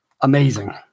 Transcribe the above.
amazing